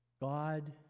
God